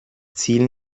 zielen